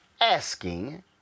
asking